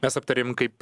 mes aptarėm kaip